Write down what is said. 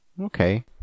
Okay